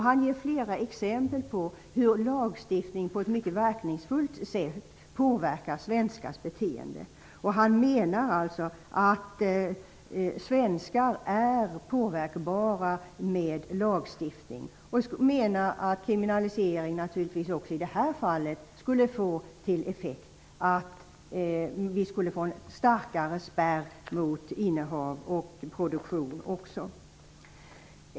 Han ger flera exempel på hur lagstiftning på ett mycket verkningsfullt sätt påverkar svenskars beteeende. Han menar alltså att svenskar är påverkbara med lagstiftning och menar att kriminalisering naturligtvis också i det här fallet skulle få till effekt att vi skulle få en starkare spärr mot innehav och även mot produktion.